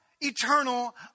eternal